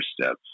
Steps